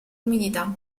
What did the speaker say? umidità